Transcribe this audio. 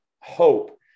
hope